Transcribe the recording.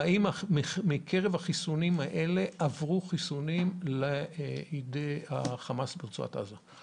והאם מקרב החיסונים האלה עברו חיסונים לידי החמאס ברצועת עזה.